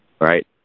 right